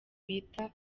bita